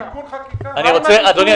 אדוני,